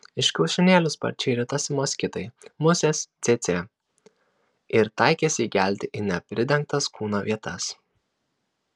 iš kiaušinėlių sparčiai ritosi moskitai musės cėcė ir taikėsi įgelti į nepridengtas kūno vietas